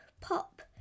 pop